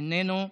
איננו,